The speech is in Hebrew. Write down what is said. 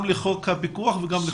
גם לחוק הפיקוח וגם לחוק המצלמות.